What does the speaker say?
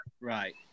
Right